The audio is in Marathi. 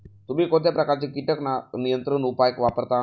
तुम्ही कोणत्या प्रकारचे कीटक नियंत्रण उपाय वापरता?